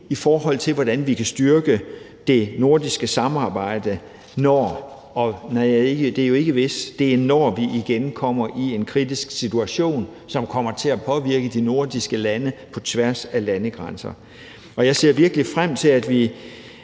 i forhold til hvordan vi kan styrke det nordiske samarbejde, når – det er jo ikke hvis – vi igen kommer i en kritisk situation, som kommer til at påvirke de nordiske lande på tværs af landegrænser. Jeg ser virkelig frem til, at vi